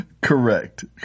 Correct